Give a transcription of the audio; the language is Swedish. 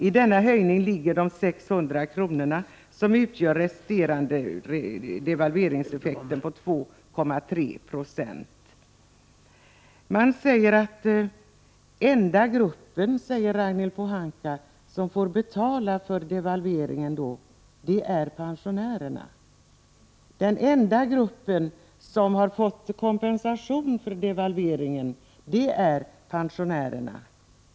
I denna höjning ligger 600 kr., som utgör den resterande devalveringseffekten på 2,3 90. Den enda gruppen, säger Ragnhild Pohanka, som får betala för devalveringen är pensionärerna. Men jag menar att den enda gruppen som har fått kompensation för devalveringen är pensionärerna.